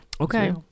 Okay